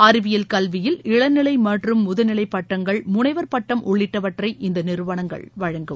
அறிவியல் கல்வியில் இளநிலை மற்றும் முதுநிலை பட்டங்கள் முனைவர் பட்டம் உள்ளிட்டவற்றை இந்த நிறுவனங்கள் வழங்கும்